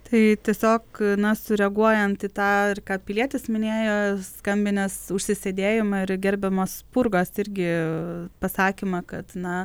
tai tiesiog na sureaguojant į tą ir ką pilietis minėjo skambinęs užsisėdėjimą ir gerbiamas spurgos irgi pasakymą kad na